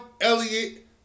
Elliott